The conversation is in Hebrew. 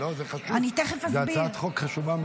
זה חשוב, זו הצעת חוק חשובה מאוד.